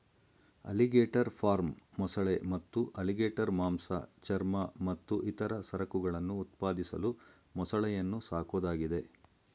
alligator farm ಮೊಸಳೆ ಮತ್ತು alligator ಮಾಂಸ ಚರ್ಮ ಮತ್ತು ಇತರ ಸರಕುಗಳನ್ನು ಉತ್ಪಾದಿಸಲು ಮೊಸಳೆಯನ್ನು ಸಾಕೋದಾಗಿದೆ